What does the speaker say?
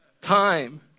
time